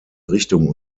richtung